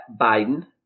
Biden